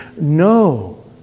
No